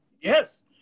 Yes